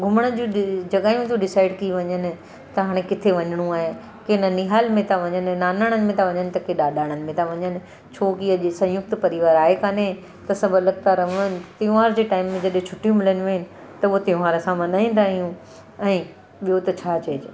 घुमण जी जॻहियूं थी डिसाइड थी वञनि त हाणे किथे वञिणो आहे के ननिहाल में था वञनि नानाणनि में था वञनि के ॾाॾाणनि में था वञनि छो की अॼु संयुक्त परिवार आहे काने त सभु अलॻि था रहनि त्यौहार जे टाइम में जॾहिं छुटियूं मिलंदियूं आहिनि त उहो त्यौहार असां मल्हाईंदा आहियूं ऐं ॿियो त छा चइजे